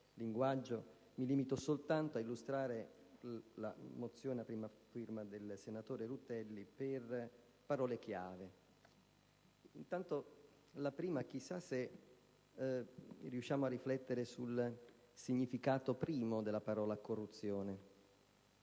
mi limito soltanto ad illustrare la mozione a prima firma del senatore Rutelli per parole chiave. Mi domando in primo luogo se si possa riflettere sul significato primo della parola corruzione.